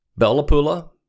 Bellapula